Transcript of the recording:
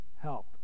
help